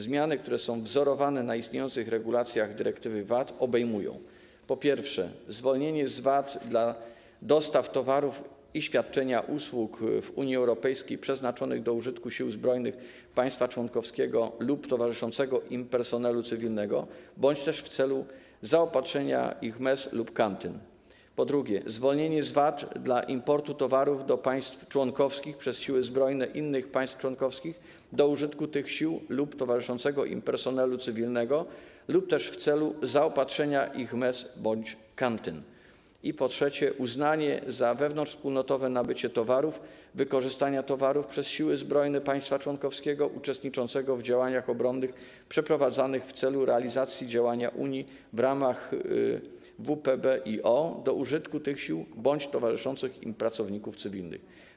Zmiany, które są wzorowane na istniejących regulacjach dyrektywy VAT, obejmują: po pierwsze, zwolnienie z VAT dla dostaw towarów i świadczenia usług w Unii Europejskiej przeznaczonych do użytku sił zbrojnych państwa członkowskiego lub towarzyszącego im personelu cywilnego bądź też w celu zaopatrzenia ich mes lub kantyn; po drugie, zwolnienie z VAT dla importu towarów do państw członkowskich przez siły zbrojne innych państw członkowskich do użytku tych sił lub towarzyszącego im personelu cywilnego lub też w celu zaopatrzenia ich mes bądź kantyn; po trzecie, uznanie za wewnątrzwspólnotowe nabycie towarów wykorzystania towarów przez siły zbrojne państwa członkowskiego uczestniczącego w działaniach obronnych przeprowadzanych w celu realizacji działania Unii w ramach WPBiO, do użytku tych sił bądź towarzyszących im pracowników cywilnych.